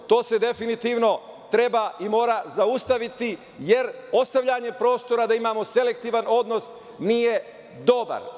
To se definitivno treba i mora zaustaviti, jer ostavljanje prostora da imamo selektivan odnos nije dobro.